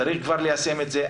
צריך כבר ליישם את זה,